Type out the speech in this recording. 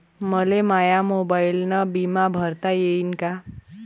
मले माया मोबाईलनं बिमा भरता येईन का?